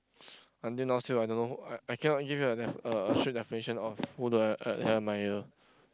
until now still I don't know I I cannot give you a def~ a a true definition of who do I I admire